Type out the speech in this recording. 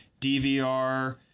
DVR